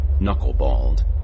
Knuckleballed